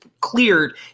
cleared